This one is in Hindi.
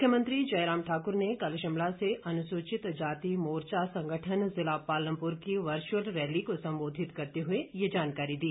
मुख्यमंत्री जयराम ठाक्र ने शिमला से अनुसूचित जाति मोर्चा संगठन ज़िला पालमपुर की वर्चुअल रैली को संबोधित करते हुए ये जानकारी दी